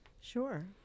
Sure